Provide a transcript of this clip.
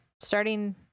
starting